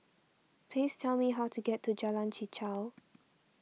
please tell me how to get to Jalan Chichau